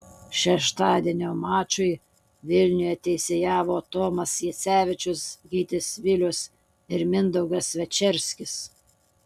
šeštadienio mačui vilniuje teisėjavo tomas jasevičius gytis vilius ir mindaugas večerskis